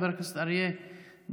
חבר הכנסת אריה דרעי,